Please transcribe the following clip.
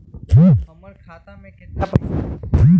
हमर खाता में केतना पैसा हई?